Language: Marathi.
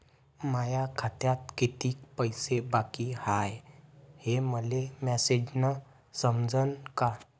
माया खात्यात कितीक पैसे बाकी हाय हे मले मॅसेजन समजनं का?